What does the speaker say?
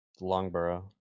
Longborough